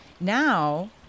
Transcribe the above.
now